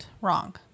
wrong